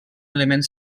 element